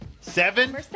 seven